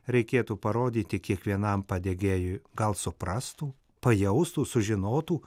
reikėtų parodyti kiekvienam padegėjui gal suprastų pajaustų sužinotų